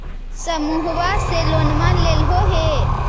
समुहवा से लोनवा लेलहो हे?